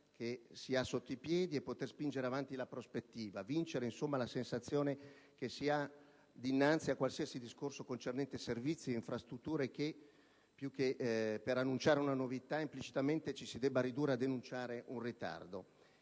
che si ha sotto i piedi e spingere avanti la prospettiva: vincere, insomma, la sensazione che si ha dinanzi a qualsiasi discorso concernente servizi e infrastrutture che, per annunciare una novità, implicitamente ci si debba ridurre a denunciare un ritardo.